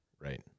right